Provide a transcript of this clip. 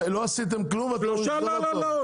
עשיתם כלום --- לא, לא, לא.